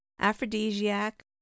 aphrodisiac